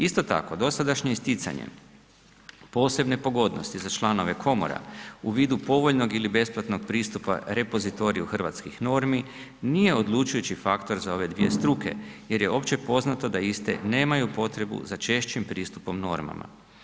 Isto tako, dosadašnje isticanje posebne pogodnosti za članove komora u vidu povoljnog ili besplatnog pristupa repozitoriju hrvatskih normi nije odlučujući faktor za ove dvije struke jer je opće poznato da iste nemaju potrebu za češćim pristupom normama.